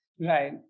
Right